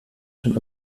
den